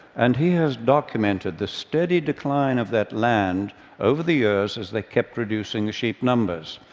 and he has documented the steady decline of that land over the years as they kept reducing sheep numbers.